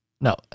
no